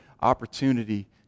opportunity